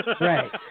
right